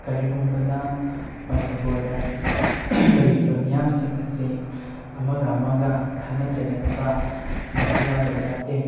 ꯀꯔꯤꯒꯨꯝꯕꯗ ꯃꯅꯤꯄꯨꯔꯗ ꯂꯩꯔꯤꯕ ꯃꯌꯥꯝꯁꯤꯡ ꯑꯁꯤ ꯑꯃꯒ ꯑꯃꯒ ꯈꯠꯅ ꯆꯩꯅꯕ ꯃꯁꯤ ꯌꯥꯎꯗꯕ ꯅꯠꯇꯦ